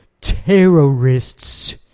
terrorists